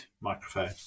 microphone